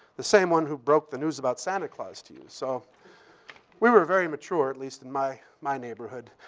the same one who broke the news about santa claus to you. so we were very mature, at least in my my neighborhood.